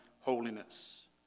holiness